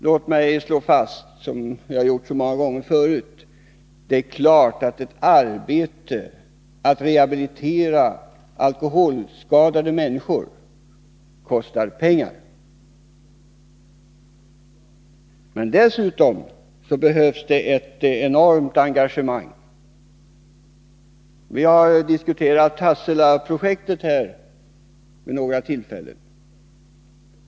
Låt mig slå fast, som jag har gjort så många gånger tidigare, att det är klart att arbetet med att rehabilitera alkoholskadade människor kostar pengar. Men dessutom behövs ett enormt engagemang. Vi har diskuterat Hasselaprojektet vid några tillfällen.